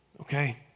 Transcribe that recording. Okay